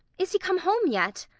is he come home yet?